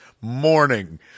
morning